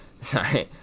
sorry